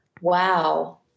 Wow